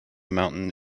mountain